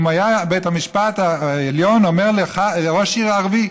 אם היה בית המשפט העליון אומר לראש עירייה ערבי: